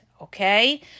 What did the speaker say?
Okay